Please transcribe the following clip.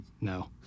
No